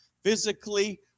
physically